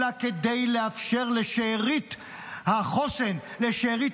אלא כדי לאפשר לשארית החוסן ולשארית